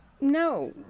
No